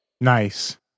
Nice